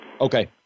Okay